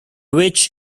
which